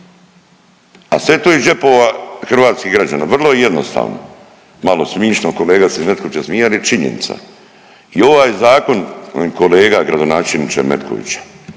a sve to iz džepova hrvatskih građana vrlo jednostavno. Malo smišno kolega se iz Metkovića smije, ali je činjenica. I ovaj zakon kolega gradonačelniče Metkovića